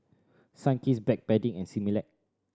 Sunkist Backpedic and Similac